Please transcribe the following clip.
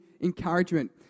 encouragement